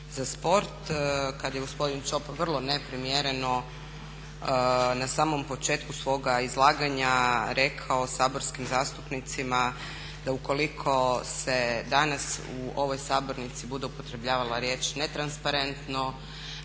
za sport, kada je gospodin Čop vrlo neprimjereno na samom početku svoga izlaganja rekao saborskim zastupnicima da ukoliko se danas u ovoj sabornici bude upotrebljavala riječ netransparentno,